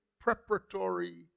preparatory